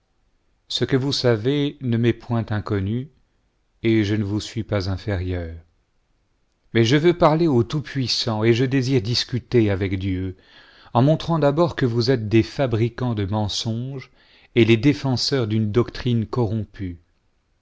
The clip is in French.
ce que vous savez ne m'est point inconnu et je ne vous suis pas inférieur mais je veux parler au tout-puissant et je désire discuter avec dieu en montrant d'abord que vous êtes des fabricants de mensonge et les défenseurs d'une doctrine corrompue